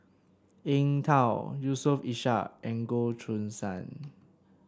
Eng Tow Yusof Ishak and Goh Choo San